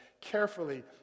carefully